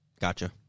Gotcha